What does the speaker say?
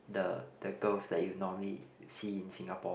the the girls that you normally see in Singapore